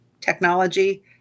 technology